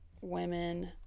women